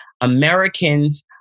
Americans